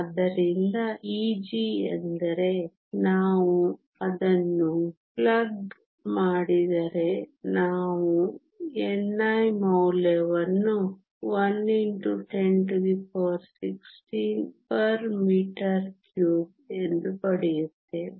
ಆದ್ದರಿಂದ Eg ಎಂದರೆ ನಾವು ಅದನ್ನು ಪ್ಲಗ್ ಮಾಡಿದರೆ ನಾವು Ni ಮೌಲ್ಯವನ್ನು 1 x 1016m 3 ಎಂದು ಪಡೆಯುತ್ತೇವೆ